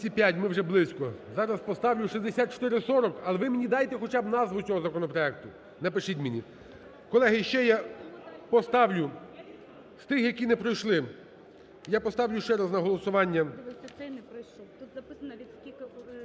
Ми вже близько. Зараз поставлю 6440, але ви мені дайте хоча б назву цього законопроекту, напишіть мені. Колеги, іще я поставлю з тих, які не пройшли, я поставлю ще раз на голосування…